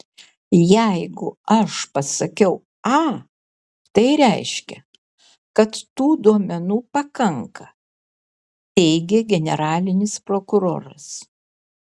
jeigu aš pasakiau a tai reiškia kad tų duomenų pakanka teigė generalinis prokuroras